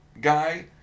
guy